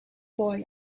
boy